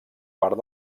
part